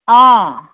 অ